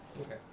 Okay